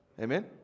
Amen